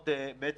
בעצם,